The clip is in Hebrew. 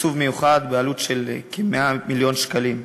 ותקצוב מיוחד בעלות של כ-100 מיליון שקלים.